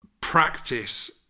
practice